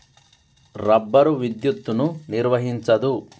rubber విద్యుత్తును నిర్వహించదు